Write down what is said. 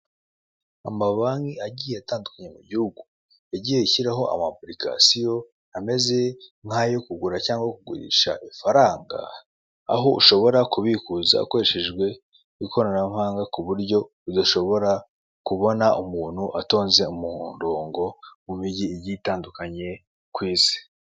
Amabanki agiye atandukanye mu igihugu yagiye ashyiraho amapurikasiyo ameze nkayo kugura cyangwa kugurisha ifaranga, aho ushobora kubikuza ukoresheje ikoranabuhanga k'uburyo udashobora kubona umuntu atonze umuronko mumijyi igiye itandukanye ku isi.